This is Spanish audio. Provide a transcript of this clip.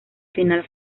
final